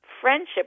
friendship